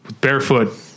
barefoot